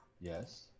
Yes